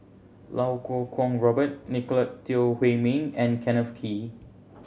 Lau Kuo Kwong Robert Nicolette Teo Wei Min and Kenneth Kee